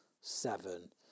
Seven